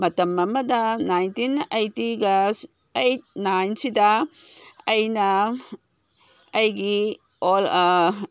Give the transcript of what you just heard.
ꯃꯇꯝ ꯑꯃꯗ ꯅꯥꯏꯟꯇꯤꯟ ꯑꯩꯠꯇꯤꯒ ꯑꯩꯠ ꯅꯥꯏꯟꯁꯤꯗ ꯑꯩꯅ ꯑꯩꯒꯤ